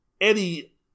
Eddie